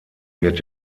wird